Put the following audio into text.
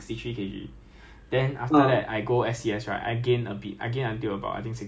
but then armour being armour right you sit on the armour you don't actually run